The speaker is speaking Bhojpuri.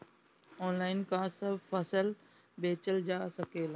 आनलाइन का सब फसल बेचल जा सकेला?